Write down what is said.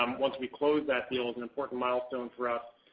um once we close that deal it's an important milestone for us,